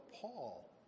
Paul